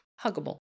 huggable